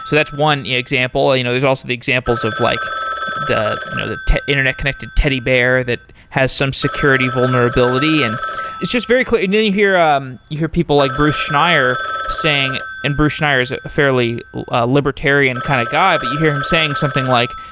so that's one example you know there's also the examples of like the you know the internet-connected teddy bear that has some security vulnerability. and it's just very clean. then you hear um you hear people like bruce schneier saying and bruce schneier is a fairly libertarian kind of guy, but you hear him saying something like,